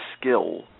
skill